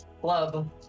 club